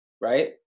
right